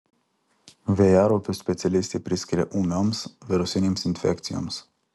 vėjaraupius specialistė priskiria ūmioms virusinėms infekcijoms